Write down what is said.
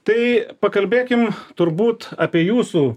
tai pakalbėkim turbūt apie jūsų